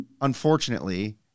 unfortunately